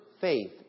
faith